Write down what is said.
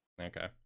Okay